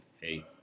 hey